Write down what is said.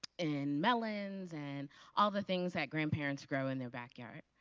and melons and all the things that grandparents grow in their backyard.